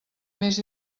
més